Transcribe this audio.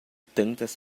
tantas